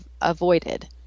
avoided